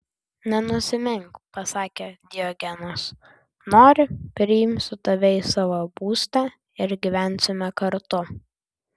nenusimink pasakė diogenas nori priimsiu tave į savo būstą ir gyvensime kartu